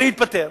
אני מתפטר.